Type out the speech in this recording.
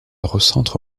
recentre